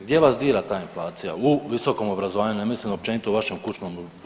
Gdje vas dira ta inflacija u visokom obrazovanju, ne mislim općenito u vašem kućnom budžetu?